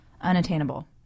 unattainable